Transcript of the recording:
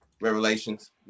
Revelations